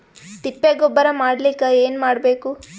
ತಿಪ್ಪೆ ಗೊಬ್ಬರ ಮಾಡಲಿಕ ಏನ್ ಮಾಡಬೇಕು?